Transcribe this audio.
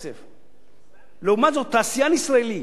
לעומת זאת, תעשיין ישראלי שמקים מפעל בשדרות